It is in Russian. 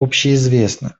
общеизвестно